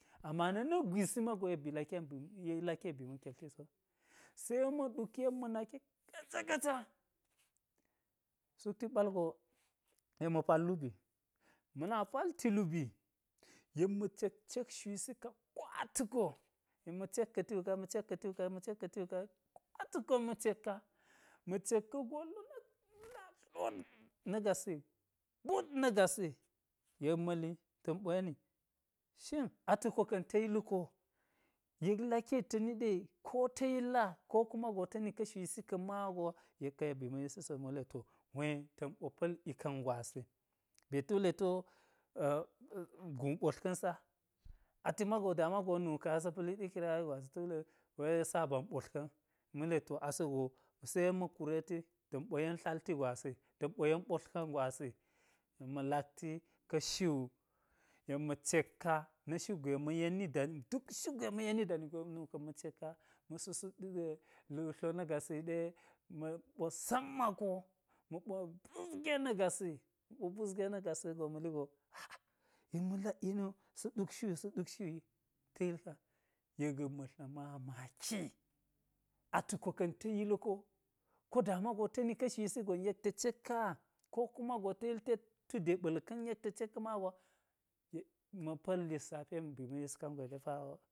Ama na̱ na̱k gwisi mago yek ba̱ laki, yek laki yek ba̱ma ketlti so se na̱k ma̱ ɗuki yek ma̱ naki, kaca kaca sukti ɓal go yek ma̱ ɓal lubii ma̱ na pal lubii, ma̱na pa̱lti lubii yek ma̱ cek cek shusi ka ko tu ko, yek ma̱ cek ka̱ti wu ka, yek ma̱ cek ka̱ti wu ka, yek ma̱ cek ka̱ti wu ka, ko a tu ko ma̱ cek ka. Lu na tlot na̱ gasi, but na̱ gasi yek ma̱li ta̱n ɓo yeni, shin a tuko ka̱n ta̱ yil ko. Yek laki yek ta̱ niɗa̱ ye? Ko ta̱ yilla ko kuma go ta̱ni ka̱ shusi ka̱n mago yek ka̱n yek ba̱ma yisi so, yek ma̱ wule to hwe ta̱n ɓo pa̱l ika̱n gwasi be ta̱ wule ti wo guu ɓotlka̱n sa. Ati mago dama wu nuka̱n asa̱ pa̱lit ikirari gwasi ta̱ wule wei saban ɓotlka̱n, ma̱ wule to ase go se ma̱ kureti ta̱n tlati gwasi ta̱n ɓo yen ɓotlka̱n gwasi. Yek ma̱ lakti ka̱ shu yek ma̱ cek ka, na̱ shu gwe ma̱ yeni dani duk shu gwe ma̱ yeni dani go, yek ma̱ nuka̱n ma̱ cek ka. Ma̱ susut wugo, lu na̱ gasi wu ɗe ma̱- ma̱- ɓo sammako, ma̱ ɓo busge na̱ gasi ma̱ busge na̱ gasi wu ma̱li go. Yek ma̱ lak yeni wo, sa̱ ɗuk shu yi sa̱ ɗuk shu yi ta̱ yil ka. Yek ma̱ tla mamaki. A tu ko ka̱n ta̱ yil ko? Ka da mago ta̱ni ka̱ shusi gon yek ta̱ cek ka, ko kuma go ta̱ yil tet tu deɓa̱l ka̱n yek ta̱ cek ka̱ma gwa. Yek ma̱ pa̱l lissapi yek ba̱ma̱ yis kangwe ɗe pa wo